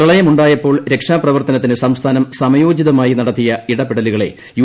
പ്രളയമുണ്ടായപ്പോൾ രക്ഷാപ്രവർത്തനത്തിന് സംസ്ഥാനം സമയോചിതമായി നടത്തിയ ഇടപെടലുകളെ യു